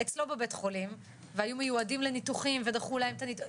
אצלו בבית חולים והיו מיועדים לניתוחים ודחו להם את הניתוחים,